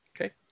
Okay